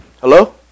Hello